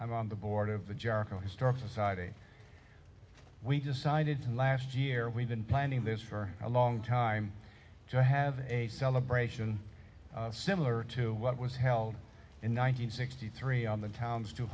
i'm on the board of the jericho historical society we decided last year we've been planning this for a long time to have a celebration similar to what was held in one thousand sixty three on the town's